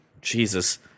Jesus